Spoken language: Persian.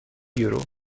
یورو